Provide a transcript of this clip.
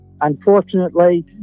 Unfortunately